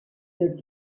the